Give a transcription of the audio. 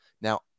Now